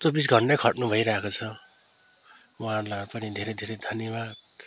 चौबिस घन्टै खट्नु भइरहेको छ वहाँहरूलाई पनि धेरै धेरै धन्यवाद